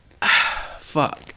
fuck